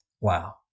wow